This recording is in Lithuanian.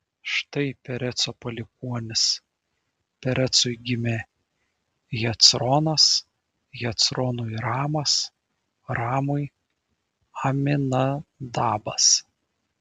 štai pereco palikuonys perecui gimė hecronas hecronui ramas ramui aminadabas